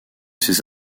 ses